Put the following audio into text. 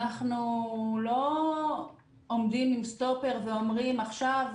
אנחנו לא עומדים עם סטופר ואומרים: עכשיו,